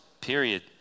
period